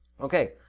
Okay